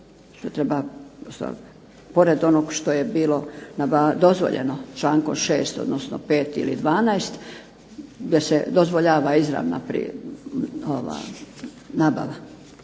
da treba pored onog što je bilo dozvoljeno člankom 6. odnosno 5. ili 12. da se dozvoljava izravna nabava.